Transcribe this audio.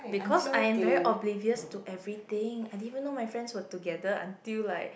because I am very oblivious to everything I didn't even know my friends were together until like